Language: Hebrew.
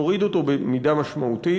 יוריד אותו במידה משמעותית.